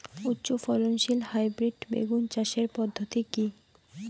উচ্চ ফলনশীল হাইব্রিড বেগুন চাষের পদ্ধতি কী?